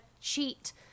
cheat